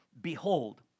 behold